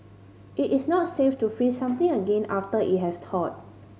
it is not safe to freeze something again after it has thawed